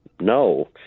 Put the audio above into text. no